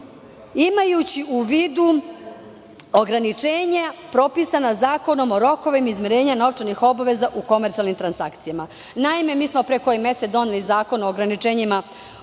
"imajući u vidu ograničenja propisana Zakonom o rokovima izmirenja novčanih obaveza u komercijalnim transakcijama".Naime, mi smo pre neki mesec doneli Zakon o rokovima